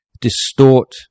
distort